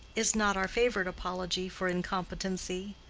is not our favorite apology for incompetency.